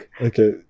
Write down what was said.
Okay